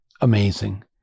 amazing